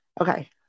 okay